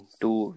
two